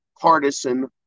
partisan